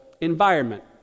environment